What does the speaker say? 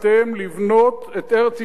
לבנות את ארץ-ישראל,